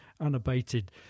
unabated